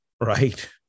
right